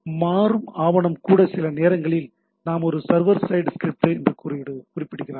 மாறும் ஆவணம் கூட சில நேரங்களில் நாம் ஒரு சர்வர் சைடு ஸ்க்ரிப்டை என்று குறிப்பிடுகிறார்கள்